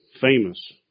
famous